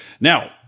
Now